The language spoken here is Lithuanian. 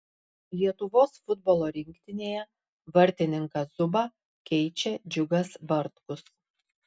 lietuvos futbolo rinktinėje vartininką zubą keičia džiugas bartkus